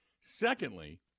Secondly